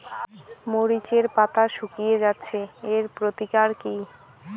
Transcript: মরিচের পাতা শুকিয়ে যাচ্ছে এর প্রতিকার কি?